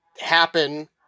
happen